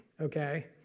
okay